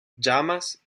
llamas